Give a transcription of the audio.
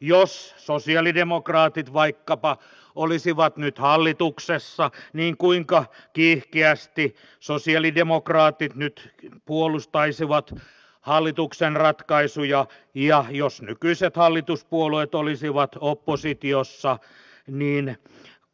jos sosialidemokraatit vaikkapa olisivat nyt hallituksessa niin kuinka kiihkeästi sosialidemokraatit nyt puolustaisivat hallituksen ratkaisuja ja jos nykyiset hallituspuolueet olisivat oppositiossa niin